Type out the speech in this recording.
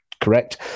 correct